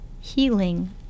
healing